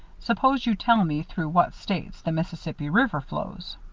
suppose you tell me through what states the mississippi river flows?